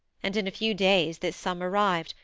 and in a few days this sum arrived,